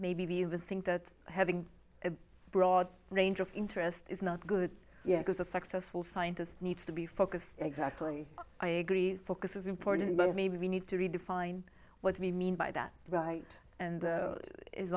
maybe the think that having a broad range of interest is not good yeah because a successful scientist needs to be focused exactly i agree focus is important but maybe we need to redefine what we mean by that right and